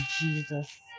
Jesus